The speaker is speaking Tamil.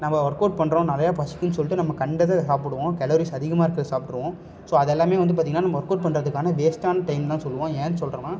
நம்ப ஒர்க் அவுட் பண்ணுறோம் நிறையா பசிக்கும்னு சொல்லிவிட்டு நம்ம கண்டதை சாப்பிடுவோம் கலோரிஸ் அதிகமாக இருக்கிறத சாப்பிட்ருவோம் ஸோ அதை எல்லாமே வந்து பார்த்திங்கன்னா நம்ம ஒர்க் அவுட் பண்ணுறதுக்கானா வேஸ்ட் ஆன டைம் தான் சொல்லுவோம் ஏன்னு சொல்லுறேன்னா